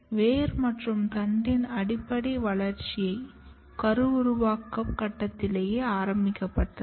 வேர் மற்றும் தண்டின் அடிப்படை வளர்ச்சி கருஉருவாக்கம் கட்டத்திலேயே ஆரம்பிக்கப்பட்டது